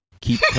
keep